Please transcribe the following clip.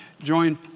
join